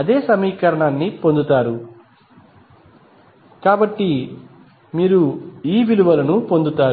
అదే సమీకరణాన్ని పొందుతారు కాబట్టి మీరు ఈ విలువలను పొందుతారు